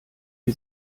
wir